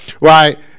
right